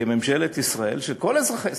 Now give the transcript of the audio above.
כממשלת ישראל של כל אזרחי ישראל,